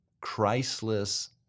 Christless